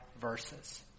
verses